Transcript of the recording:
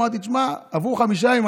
אמרתי: עברו חמישה ימים,